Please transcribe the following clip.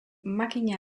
makina